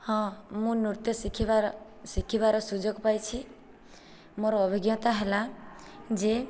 ହଁ ମୁଁ ନୃତ୍ୟ ଶିଖିବାର ଶିଖିବାର ସୁଯୋଗ ପାଇଛି ମୋର ଅଭିଜ୍ଞତା ହେଲା ଯେ